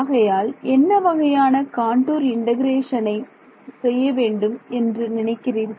ஆகையால் என்ன வகையான காண்டூர் இண்டெகரேஷன் செய்ய வேண்டும் என்று நினைக்கிறீர்கள்